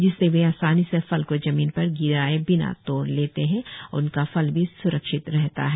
इससे वे आसानी से फल को जमीन पर गिरे बिना तोड़ लेते है और उनका फल भी सुरक्षित रहता है